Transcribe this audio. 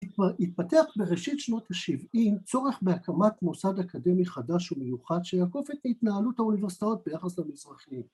‫התפתח בראשית שנות ה-70 צורך ‫בהקמת מוסד אקדמי חדש ומיוחד ‫שיעקוף את התנהלות האוניברסיטאית ‫ביחס למזרחים.